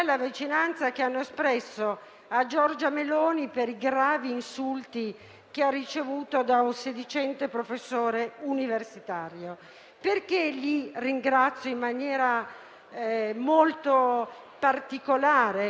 Perché li ringrazio in maniera molto particolare e con grande entusiasmo? Perché sono certa che, se non ci fosse stata la loro solidarietà e la loro vicinanza,